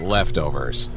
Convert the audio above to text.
Leftovers